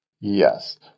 Yes